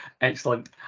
excellent